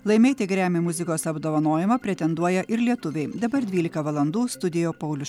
laimėti grammy muzikos apdovanojimą pretenduoja ir lietuviai dabar dvylika valandų studijoje paulius